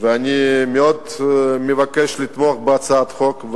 ואני מאוד מבקש לתמוך בהצעת החוק.